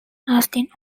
lasting